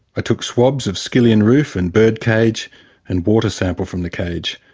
i took swabs of skillion roof and birdcage and water sample from the cage.